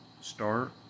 start